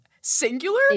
singular